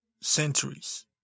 centuries